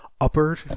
Upper